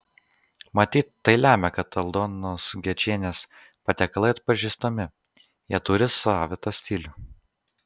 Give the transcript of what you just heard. matyt tai lemia kad aldonos gečienės patiekalai atpažįstami jie turi savitą stilių